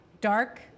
Dark